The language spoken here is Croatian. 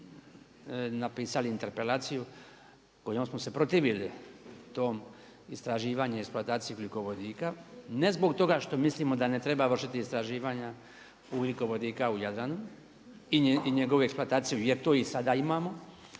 napisali interpelaciju kojom smo se protivili tom istraživanju i eksploataciji ugljikovodika, ne zbog toga što mislimo da ne treba vršiti istraživanja ugljikovodika u Jadranu i njegovu eksploataciju jer to i sada imamo,